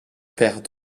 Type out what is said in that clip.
perd